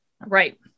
Right